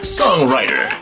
songwriter